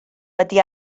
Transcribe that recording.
wedi